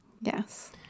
Yes